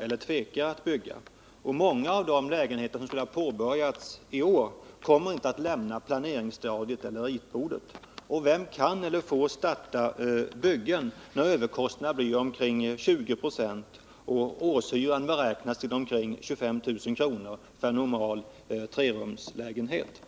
eller tvekar att bygga. Många av de lägenheter som i år skulle ha påbörjats kommer inte att lämna planeringsstadiet eller ritbordet. Och vem kan eller får starta byggen när överkostnaderna blir omkring 20 20 och årshyran beräknas till omkring 25 000 för en normal trerumslägenhet?